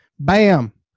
Bam